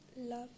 Love